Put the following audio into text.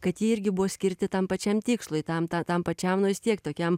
kad jie irgi buvo skirti tam pačiam tikslui tam ta tam pačiam nu vis tiek tokiam